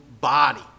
body